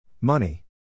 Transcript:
Money